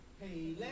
Hey